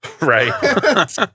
Right